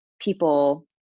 people